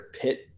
pit